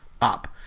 up